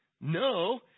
No